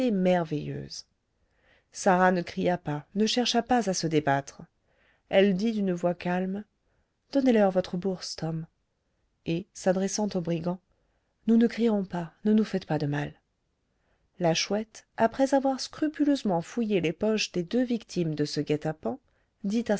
merveilleuse sarah ne cria pas ne chercha pas à se débattre elle dit d'une voix calme donnez-leur votre bourse tom et s'adressant au brigand nous ne crierons pas ne nous faites pas de mal la chouette après avoir scrupuleusement fouillé les poches des deux victimes de ce guet-apens dit